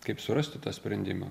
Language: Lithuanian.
kaip surasti tą sprendimą